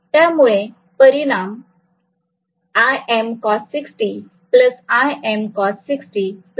त्यामुळे परिणाम Im cos 60 Im cos 60 Im 1